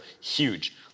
huge